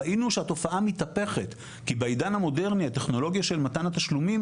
ראינו שהתופעה מתהפכת כי בעידן המודרני הטכנולוגיה של מתן התשלומים,